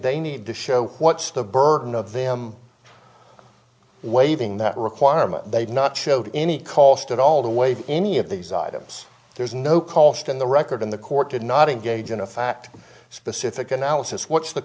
they need to show what's the burden of them waiving that requirement they've not showed any cost at all the way any of these items there's no cost in the record in the court did not engage in a fact specific analysis what's the